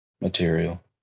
material